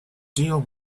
deal